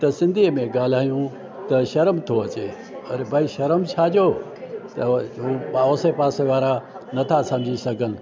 त सिंधीअ में ॻाल्हायूं त शर्म थो अचे अरे भई शरम छा जो त उहो आसे पासे वारा नथा सम्झी सघनि